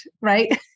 right